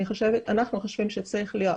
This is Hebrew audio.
אנחנו חושבים שצריכה להיות